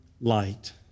light